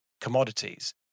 commodities